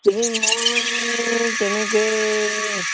চিঙি মই তেনেকৈ